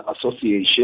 Association